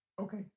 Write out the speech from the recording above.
Okay